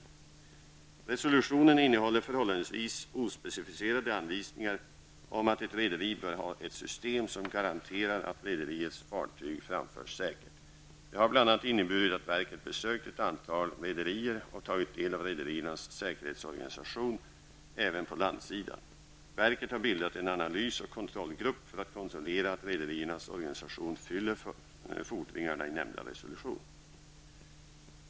Resolutionen innehåller förhållandevis ospecificerade anvisningar om att ett rederi bör ha ett system som garanterar att rederiets fartyg framförs säkert. Det har bl.a. inneburit att verket besökt ett antal rederier och tagit del av rederiernas säkerhetsorganisation även på landsidan. Verket har bildat en analys och kontrollgrupp för att kontrollera att rederiernas organisation fyller fordringarna i nämnda resolution.